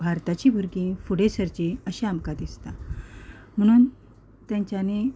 भारताची भुरगीं फुडें सरचीं अशें आमकां दिसता म्हणून तेंच्यांनी